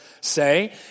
say